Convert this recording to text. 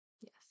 Yes